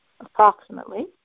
approximately